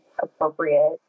appropriate